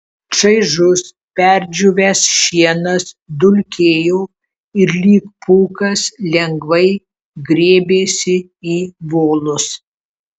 čaižus perdžiūvęs šienas dulkėjo ir lyg pūkas lengvai grėbėsi į volus